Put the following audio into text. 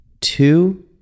two